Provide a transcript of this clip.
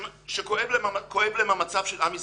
שכואב להם המצב של עם ישראל,